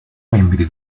membri